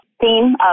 theme